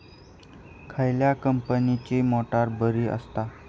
खयल्या कंपनीची मोटार बरी असता?